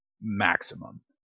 maximum